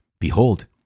Behold